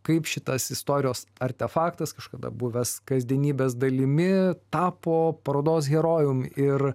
kaip šitas istorijos artefaktas kažkada buvęs kasdienybės dalimi tapo parodos herojum ir